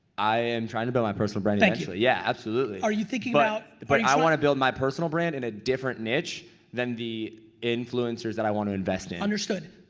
i am trying to build my personal brand. thank you. yeah absolutely. are you thinking about the place but i want to build my personal brand in a different niche than the influencers that i want to invest in. understood.